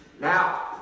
Now